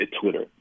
Twitter